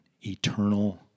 eternal